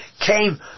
came